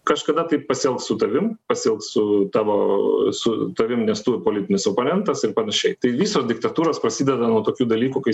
kažkada taip pasielgs su tavimi pasielgs su tavo su tavim nes tu politinis oponentas ir panašiai tai visos diktatūros prasideda nuo tokių dalykų kai